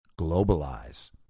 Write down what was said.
globalize